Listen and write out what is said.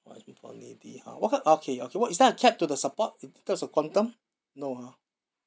must be for needy ha what kind okay okay what is there a cap to the support it i~ there's a quantum no ha